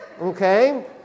okay